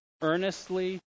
earnestly